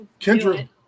kendra